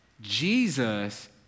Jesus